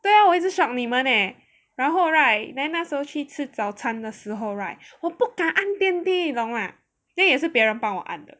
对啊我一直 shocked 你们咧然后 right then 那时候去吃早餐的时候 right 我不敢按电梯你懂吗 then 有时候别人帮我按的